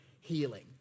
healing